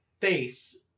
face